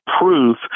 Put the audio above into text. proof